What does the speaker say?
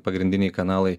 pagrindiniai kanalai